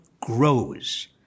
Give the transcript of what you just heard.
grows